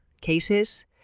cases